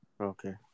okay